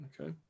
Okay